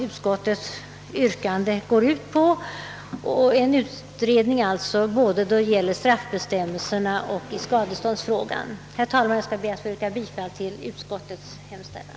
Utskottets yrkande går ut på en utredning rörande både straffbestämmelserna och skadeståndsfrågan. Herr talman! Jag ber att få yrka bifall till utskottets hemställan.